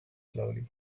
slowly